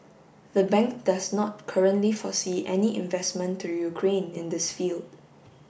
the bank does not currently foresee any investment to Ukraine in this field